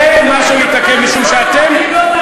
זה מה שמתעכב, משום שאתם,